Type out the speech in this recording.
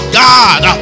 god